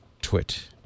twit